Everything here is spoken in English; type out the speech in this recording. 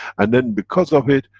and then because of it,